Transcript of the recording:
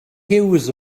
huws